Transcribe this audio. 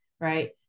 right